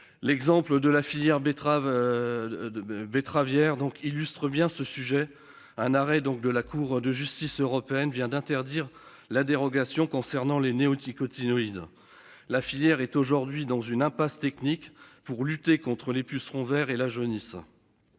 L'exemple de la filière betterave. Betteravière donc illustre bien ce sujet un arrêt donc de la Cour de justice européenne vient d'interdire la dérogation concernant les néonicotinoïdes. La filière est aujourd'hui dans une impasse technique pour lutter contre les pucerons verts et la jaunisse.